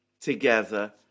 together